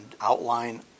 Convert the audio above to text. outline